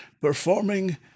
performing